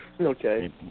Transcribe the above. Okay